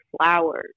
flowers